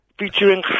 featuring